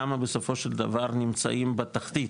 כמה בסופו של דבר נמצאים בתחתית,